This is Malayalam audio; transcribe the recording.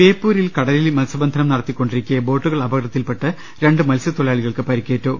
ബേപ്പൂരിൽ കടലിൽ മത്സ്യബന്ധനം നടത്തിക്കൊണ്ടിരിക്കെ ബോട്ടുകൾ അപകടത്തിൽപെട്ട് രണ്ട് മത്സ്യ ത്തൊഴി ലാ ളി കൾക്ക് പരിക്കേറ്റു